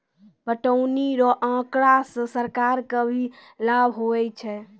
पटौनी रो आँकड़ा से सरकार के भी लाभ हुवै छै